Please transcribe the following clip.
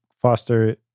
foster